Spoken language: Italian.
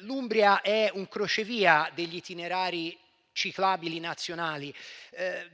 L'Umbria è un crocevia degli itinerari ciclabili nazionali.